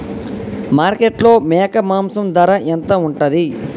మార్కెట్లో మేక మాంసం ధర ఎంత ఉంటది?